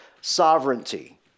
sovereignty